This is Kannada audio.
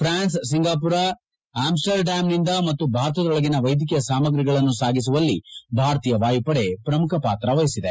ಪ್ರಾನ್ಸ್ ಸಿಂಗಾಪುರ ಆಮ್ನುರ್ಡ್ಕಾಮ್ನಿಂದ ಮತ್ತು ಭಾರತದೊಳಗಿನ ವೈದ್ಯಕೀಯ ಸಾಮಗ್ರಿಗಳನ್ನು ಸಾಗಿಸುವಲ್ಲಿ ಭಾರತೀಯ ವಾಯುಪಡೆ ಪ್ರಮುಖ ಪಾತ್ರವಹಿಸಿದೆ